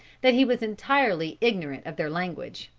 that he was entirely ignorant of their language.